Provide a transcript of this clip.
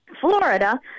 florida